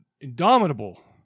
indomitable